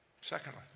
Secondly